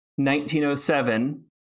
1907